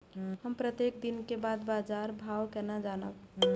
हम प्रत्येक दिन के बाद बाजार भाव केना जानब?